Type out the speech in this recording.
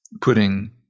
putting